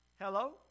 Hello